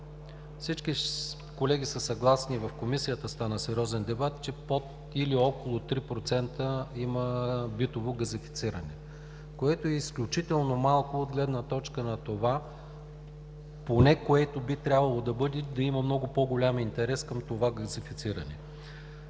Всички колеги са съгласни, и в Комисията стана сериозен дебат, че под или около 3% има битово газифициране, което е изключително малко от гледна точка на това поне, което би трябвало да бъде – да има много по-голям интерес към това газифициране.